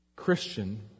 Christian